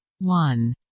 One